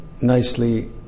nicely